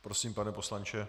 Prosím, pane poslanče.